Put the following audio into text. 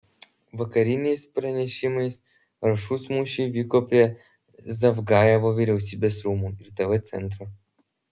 vakariniais pranešimais aršūs mūšiai vyko prie zavgajevo vyriausybės rūmų ir tv centro